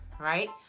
right